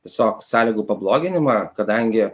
tiesiog sąlygų pabloginimą kadangi